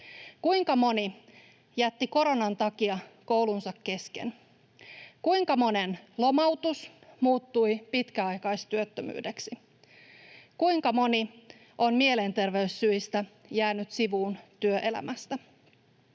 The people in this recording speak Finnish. Kuinka moni jätti koronan takia koulunsa kesken? Kuinka monen lomautus muuttui pitkäaikaistyöttömyydeksi? Kuinka moni on mielenterveyssyistä jäänyt sivuun työelämästä?